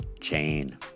Chain